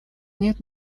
нет